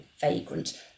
vagrant